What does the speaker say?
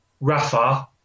Rafa